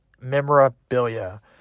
Memorabilia